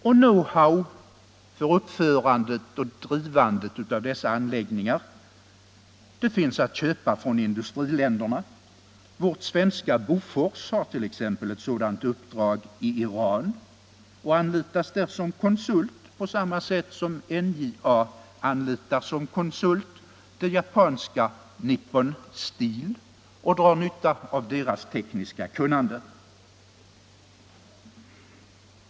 Know-how för uppförandet och drivandet av dessa anläggningar finns att köpa från industriländerna. Vårt svenska Bofors har t.ex. ett sådant uppdrag i Iran och anlitas där som konsult på samma sätt som NJA anlitar det japanska Nippon Steel som konsult och drar nytta av dess tekniska kunnande.